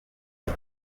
iti